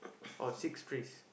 oh six trees